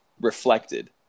reflected